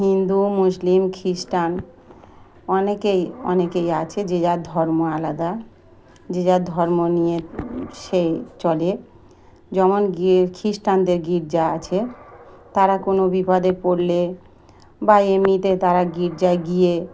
হিন্দু মুসলিম খ্রিস্টান অনেকেই অনেকেই আছে যে যার ধর্ম আলাদা যে যার ধর্ম নিয়ে সে চলে যেমন গিয়ে খ্রিস্টানদের গির্জা আছে তারা কোনো বিপদে পড়লে বা এমনিতে তারা গির্জায় গিয়ে